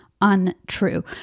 untrue